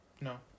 No